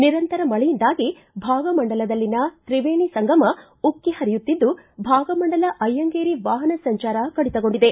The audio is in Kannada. ನಿರಂತರ ಮಳೆಯಿಂದಾಗಿ ಭಾಗಮಂಡಲದಲ್ಲಿನ ತ್ರಿವೇಣಿ ಸಂಗಮ ಉಕ್ಕಿ ಪರಿಯುತ್ತಿದ್ದು ಭಾಗಮಂಡಲ ಅಯ್ಕಂಗೇರಿ ವಾಪನ ಸಂಚಾರ ಕಡಿತಗೊಂಡಿದೆ